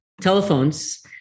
telephones